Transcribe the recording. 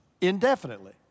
indefinitely